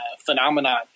phenomenon